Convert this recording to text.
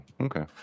okay